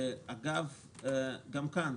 אגב גם כאן,